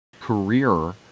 career